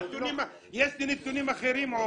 יש לי נתונים אחרים, עופר.